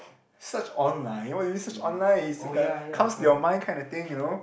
search online why would you search online it's like a comes to your mind kinda thing you know